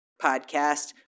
podcast